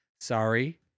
Sorry